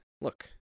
look